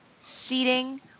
Seating